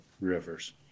rivers